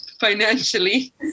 financially